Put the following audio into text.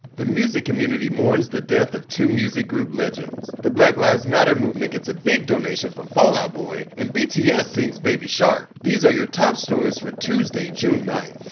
the music community mourns the death of two music group legends. the black lives matter movement gets a big donation from fall out boy. and bts sings baby shark. these are your top stories for tuesday, june ninth.